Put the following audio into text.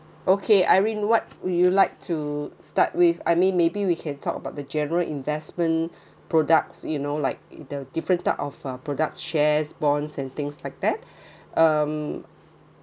okay irene what would you like to start with I mean maybe we can talk about the general investment products you know like the different type of uh product shares bonds and things like that um